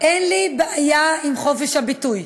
אין לי בעיה עם חופש הביטוי.